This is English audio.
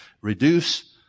reduce